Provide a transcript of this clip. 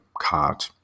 card